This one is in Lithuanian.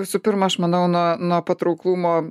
visų pirma aš manau nuo nuo patrauklumo